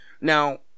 now